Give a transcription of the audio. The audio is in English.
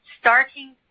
Starting